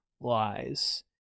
lies